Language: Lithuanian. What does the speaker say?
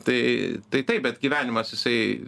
tai tai taip bet gyvenimas jisai